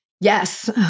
Yes